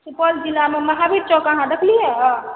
सुपौल जिलामे महावीर चौक अहाँ देखलियैया